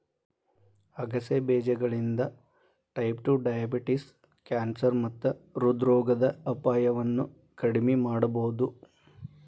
ಆಗಸೆ ಬೇಜಗಳಿಂದ type two diabetes, cancer ಮತ್ತ ಹೃದ್ರೋಗದ ಅಪಾಯವನ್ನ ಕಡಿಮಿ ಮಾಡಬೋದು